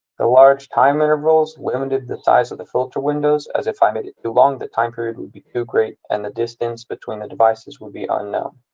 the large time intervals limited the size of the filter windows, as if i mean too long, the time period would be too great, and the distance distance between the devices would be unknown.